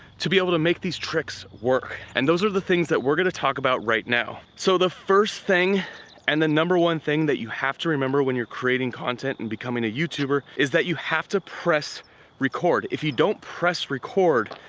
to be able to make these tricks work and those are the things that we're gonna talk about right now. so the first thing and the number one thing that you have to remember when you're creating content and becoming a youtuber is that you have to press record. if you don't press record,